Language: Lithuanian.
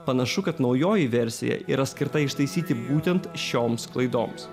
panašu kad naujoji versija yra skirta ištaisyti būtent šioms klaidoms